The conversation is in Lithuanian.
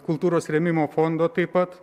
kultūros rėmimo fondo taip pat